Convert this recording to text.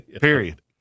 Period